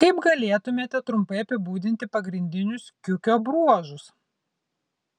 kaip galėtumėte trumpai apibūdinti pagrindinius kiukio bruožus